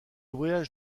voyage